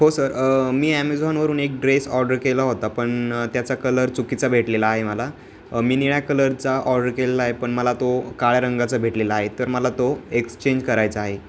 हो सर मी ॲमेझॉनवरून एक ड्रेस ऑर्डर केला होता पण त्याचा कलर चुकीचा भेटलेला आहे मला मी निळ्या कलरचा ऑर्डर केलेला आहे पण मला तो काळ्या रंगाचा भेटलेला आहे तर मला तो एक्सचेंज करायचा आहे